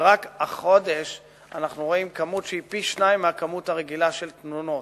ורק החודש אנחנו רואים כמות שהיא פי-שניים מהכמות הרגילה של פגיעות,